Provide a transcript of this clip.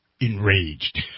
enraged